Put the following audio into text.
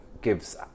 gives